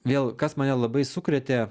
vėl kas mane labai sukrėtė